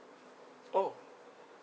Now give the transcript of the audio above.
oh